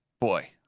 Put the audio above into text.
boy